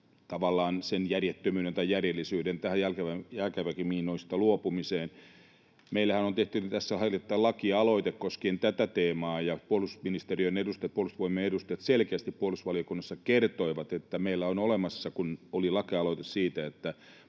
tavallaan, järjettömyyden tai järjellisyyden tähän jalkaväkimiinoista luopumiseen. Meillähän on tehty tässä hiljattain lakialoite koskien tätä teemaa, ja puolustusministeriön edustajat ja Puolustusvoimien edustajat selkeästi puolustusvaliokunnassa kertoivat, kun meillä oli lakialoite siitä, että